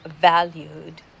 valued